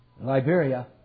Liberia